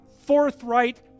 forthright